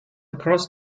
across